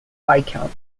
viscount